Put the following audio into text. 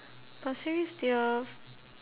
pasir ris their